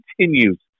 continues